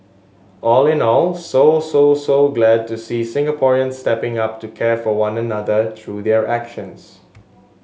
all in all so so so glad to see Singaporeans stepping up to care for one another through their actions